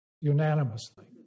unanimously